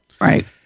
Right